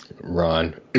Ron